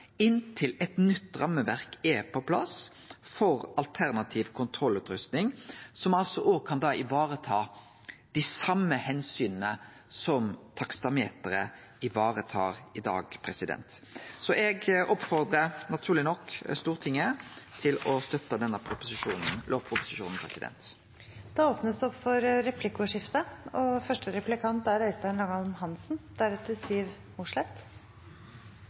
inntil eit nytt rammeverk er på plass for alternativ kontrollutrusting som kan vareta dei same omsyna som taksameteret varetar i dag. Eg oppmodar naturleg nok Stortinget til å støtte denne lovproposisjonen. Det blir replikkordskifte. I mitt innlegg på talerstolen avsluttet jeg med en setning om at den siste skansen for